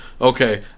okay